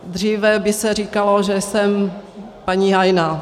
Dříve by se říkalo, že jsem paní hajná.